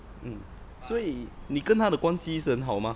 mm 所以你跟她的关系是很好吗